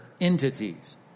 entities